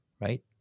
right